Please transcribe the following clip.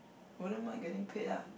wouldn't mind getting paid ah